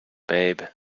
babe